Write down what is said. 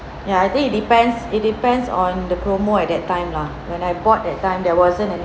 ya I think it depends it depends on the promo at that time lah when I bought that time there wasn't any